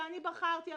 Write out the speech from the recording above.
שאני בחרתי בה,